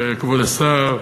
כבוד השר,